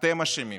אתם אשמים